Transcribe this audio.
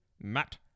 Matt